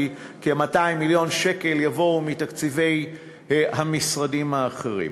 כי כ-200 מיליון שקל יבואו מתקציבי המשרדים האחרים,